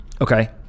Okay